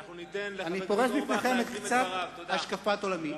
אנחנו ניתן לחבר הכנסת אורי אורבך להשלים את דבריו.